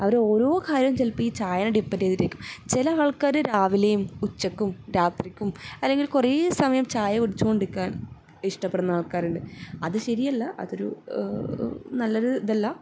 അവരെ ഓരോ കാര്യം ചിലപ്പോൾ ഈ ചായേനെ ഡിപെന്റ് ചെയ്തിരിക്കും ചില ആൾക്കാർ രാവിലേയും ഉച്ചക്കും രാത്രിക്കും അല്ലെങ്കിൽ കുറേ സമയം ചായ കുടിച്ചുകൊണ്ടിരിക്കാൻ ഇഷ്ടപ്പെടുന്ന ആൾക്കാരുണ്ട് അത് ശരിയല്ല അതൊരു നല്ലൊരു ഇതല്ല